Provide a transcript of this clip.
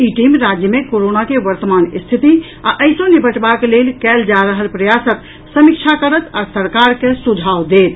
ई team राज्य मे corona के वर्तमान स्थिति आ एहि सँ निपटबाक लेल कयल जा रहल प्रयासक समीक्षा करत आ सरकार के सुझाव देत